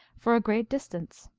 for a great distance.